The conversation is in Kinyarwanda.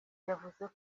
yavuze